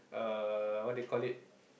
uh what they call it